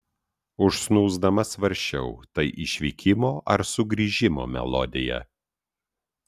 užsnūsdama svarsčiau tai išvykimo ar sugrįžimo melodija